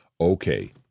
okay